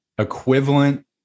equivalent